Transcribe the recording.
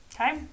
Okay